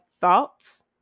thoughts